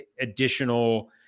additional